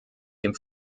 dem